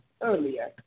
earlier